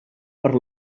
per